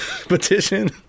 petition